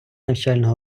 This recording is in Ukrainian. навчального